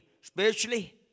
spiritually